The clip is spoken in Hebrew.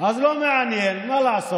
אז לא מעניין, מה לעשות?